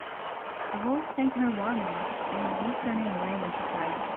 the wolf thanked her warmly, and was just turning away, when she cried,